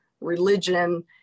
religion